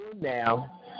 now